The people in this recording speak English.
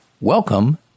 welcome